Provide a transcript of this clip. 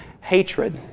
Hatred